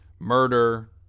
murder